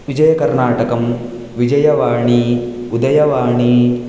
विजयकर्नाटकं Vijayavani Udayavani